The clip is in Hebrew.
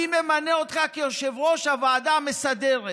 אני ממנה אותך ליושב-ראש הוועדה המסדרת.